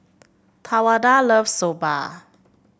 Tawanda loves Soba